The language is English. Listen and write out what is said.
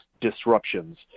disruptions